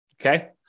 Okay